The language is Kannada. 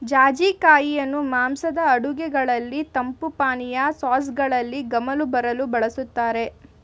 ಜಾಜಿ ಕಾಯಿಯನ್ನು ಮಾಂಸದ ಅಡುಗೆಗಳಲ್ಲಿ, ತಂಪು ಪಾನೀಯ, ಸಾಸ್ಗಳಲ್ಲಿ ಗಮಲು ಬರಲು ಬಳ್ಸತ್ತರೆ